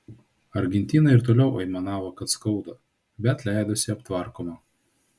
argentina ir toliau aimanavo kad skauda bet leidosi aptvarkoma